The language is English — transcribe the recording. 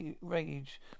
rage